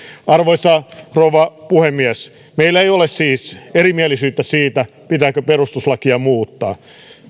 arvoisa rouva puhemies meillä ei ole siis erimielisyyttä siitä pitääkö perustuslakia muuttaa